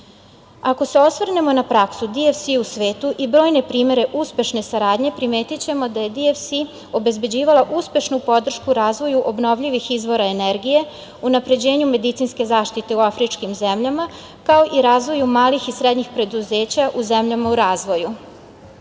se osvrnemo na praksu DFC u svetu i brojne primere uspešne saradnje, primetićemo da je DFC obezbeđivala uspešnu podršku u razvoju obnovljivih izvora energije, unapređenju medicinske zaštite u afričkim zemljama, kao i razvoju malih i srednjih preduzeća u zemljama u razvoju. Ono